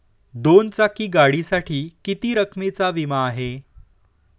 दोन चाकी गाडीसाठी किती रकमेचा विमा आहे?